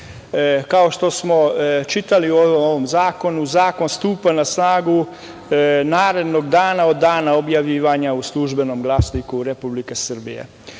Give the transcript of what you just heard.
što smo čitali u ovom zakonu, zakon stupa na snagu narednog dana od dana objavljivanja u „Službenom glasniku Republike Srbije“.Na